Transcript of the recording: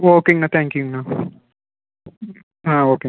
ஓகேங்கண்ணா தேங்க்யூங்கண்ணா ஆ ஓகேங்க